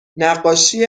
نقاشی